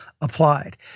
applied